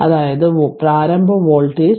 അതായത് പ്രാരംഭ വോൾട്ടേജ്